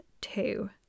two